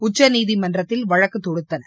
உச்சநீதிமன்றத்தில் வழக்கு தொடுத்தனர்